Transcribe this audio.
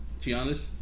Giannis